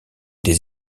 des